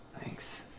Thanks